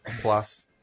plus